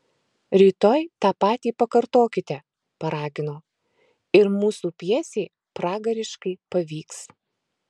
rytoj tą patį pakartokite paragino ir mūsų pjesė pragariškai pavyks